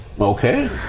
Okay